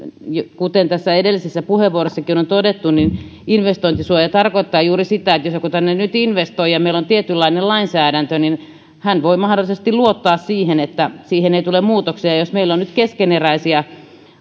kuten tässä edellisessä puheenvuorossakin on on todettu niin investointisuoja tarkoittaa juuri sitä että jos joku tänne nyt investoi ja meillä on tietynlainen lainsäädäntö niin hän voi mahdollisesti luottaa siihen että siihen ei tule muutoksia jos meillä on nyt keskeneräisiä